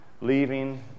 leaving